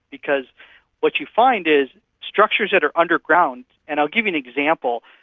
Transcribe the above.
because what you find is structures that are underground. and i'll give you an example,